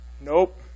Nope